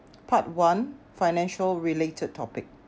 part one financial related topic